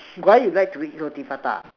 why you like to eat roti prata